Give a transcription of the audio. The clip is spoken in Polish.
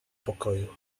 pokoju